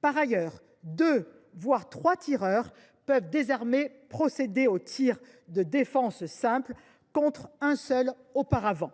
Par ailleurs, deux, voire trois tireurs peuvent désormais procéder aux tirs de défense simples, contre un seul auparavant.